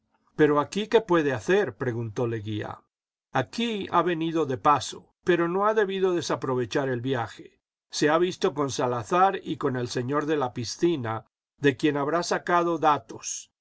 pero aquí qué puede hacer preguntó leguía aquí ha venido de paso pero no ha debido desaprovechar el viaje se ha visto con salazar y con el señor de la piscina de quien habrá sacado datos